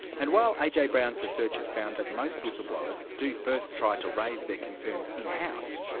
and while aj brown's researchers found that most whistleblowers do first try to raise their concerns in-house,